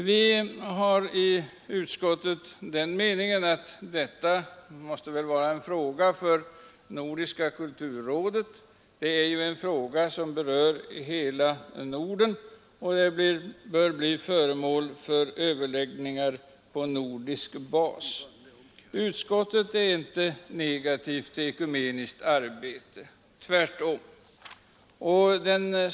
Vi är i utskottet av meningen, att detta måste vara en fråga för Nordiska kulturrådet; det är ju en fråga som berör hela Norden, och den bör därför bli föremål för överläggningar på nordisk bas. Utskottet är inte negativt till ekumeniskt arbete. Tvärtom.